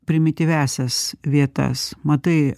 primityviąsias vietas matai